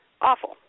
Awful